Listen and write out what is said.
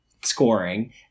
scoring